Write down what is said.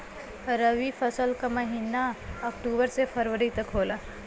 रवी फसल क महिना अक्टूबर से फरवरी तक होला